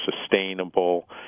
sustainable